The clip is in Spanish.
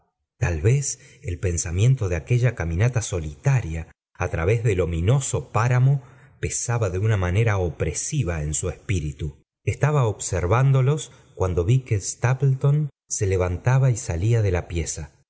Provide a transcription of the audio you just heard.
tul vez el pensarmentó de aquella caminata solitaria á través ominoso paramo pesaba de una manera opresiva en su espíritu estaba observándolos cuando vi que stapleton se levantaba y salía de la pieza